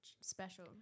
Special